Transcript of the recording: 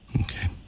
Okay